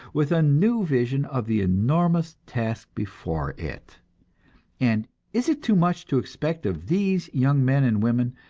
with a new vision of the enormous task before it and is it too much to expect of these young men and women,